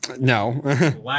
No